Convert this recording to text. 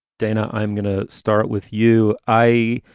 dana, i'm going to start with you. i.